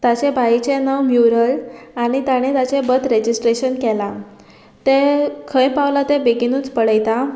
ताचें बाईचें नांव म्युरल आनी ताणें ताचें बर्थ रेजिस्ट्रेशन केलां तें खंय पावलां तें बेगीनूच पळयता